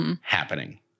Happening